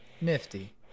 Nifty